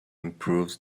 improves